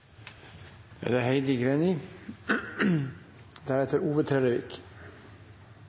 Da er det Liv Signe Navarsete, deretter